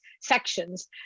sections